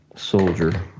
Soldier